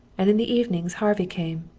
and in the evenings harvey came,